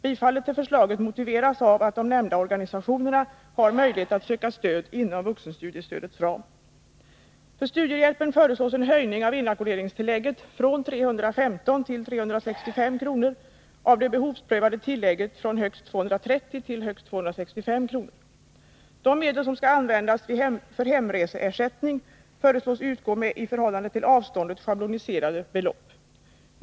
Tillstyrkandet av förslaget motiveras av att de nämnda organisationerna har möjlighet att söka stöd inom vuxenstudiestödets ram.